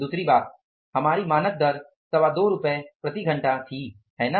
दूसरी बात हमारी मानक दर 225 प्रति घंटा थी है ना